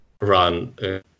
run